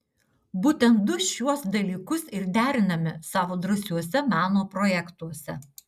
būtent du šiuos dalykus ir deriname savo drąsiuose meno projektuose